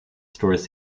stores